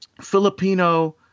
Filipino